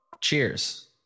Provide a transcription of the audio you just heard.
Cheers